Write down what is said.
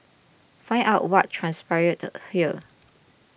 find out what transpired here